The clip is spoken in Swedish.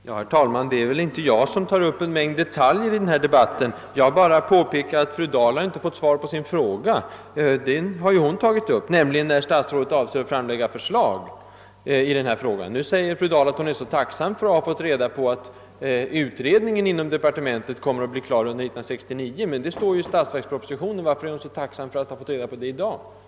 Herr talman! Det är inte jag som drar upp en mängd detaljer i den här debatten. Jag bara påpekar att fru Dahl inte har fått svar på sin fråga om när statsrådet avser att framlägga förslag i ärendet. Fru Dahl säger att hon är så tacksam för att ha fått reda på att utredningen inom departementet kommer att bli klar under 1969. Men det står ju i statsverkspropositionen. Varför är hon då så tacksam för att ha fått reda på det i dag?